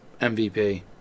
MVP